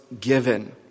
given